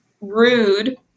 rude